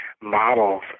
models